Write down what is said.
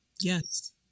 Yes